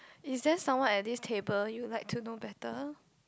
is there someone at this table you'd like to know better